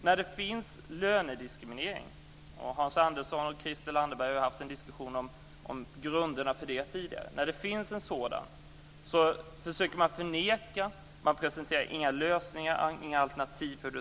När det förekommer lönediskriminering - Hans Andersson och Christel Anderberg har tidigare fört en diskussion om grunderna för den - försöker man förneka den. Man presenterar inga lösningar och inga alternativ.